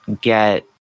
get